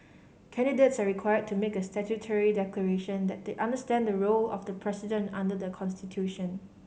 candidates are required to make a statutory declaration that they understand the role of the president under the constitution